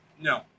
no